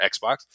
Xbox